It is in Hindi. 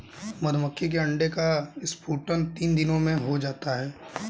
मधुमक्खी के अंडे का स्फुटन तीन दिनों में हो जाता है